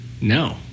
No